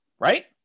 right